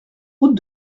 route